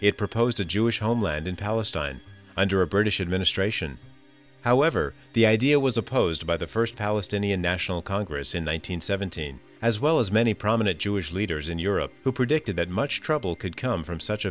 it proposed a jewish homeland in palestine under a british administration however the idea was opposed by the first palestinian national congress in one nine hundred seventeen as well as many prominent jewish leaders in europe who predicted that much trouble could come from such